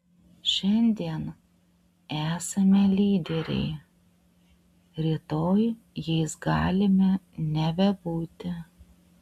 šiandien esame lyderiai rytoj jais galime nebebūti